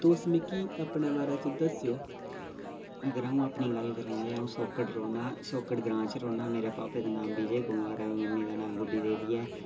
अज्ज दिक्खा ने ऐसे मतलब जो बी ऐ हा बहुत मजा लैंदे हे इत्थै स्कूल आह्ले दिन हे ओह्